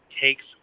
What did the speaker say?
takes